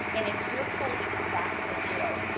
and if you're told to come back for zero,